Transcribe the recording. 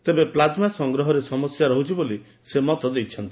ତେବେ ପ୍ପାକ୍ମା ସଂଗ୍ରହରେ ସମସ୍ୟା ରହୁଛି ବୋଲି ସେ କହିଛନ୍ତି